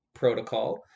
protocol